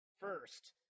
first